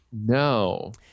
No